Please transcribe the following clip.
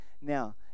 Now